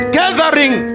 gathering